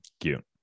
Cute